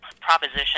proposition